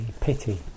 pity